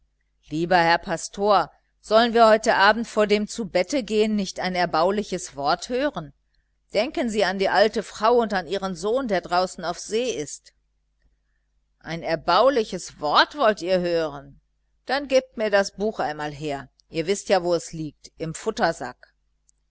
lieber herr pastor sollen wir heute abend vor dem zubettegehen nicht ein erbauliches wort hören denken sie an die alte frau und an ihren sohn der draußen auf see ist ein erbauliches wort wollt ihr hören dann gebt mir das buch einmal her ihr wißt ja wo es liegt im